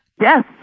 Yes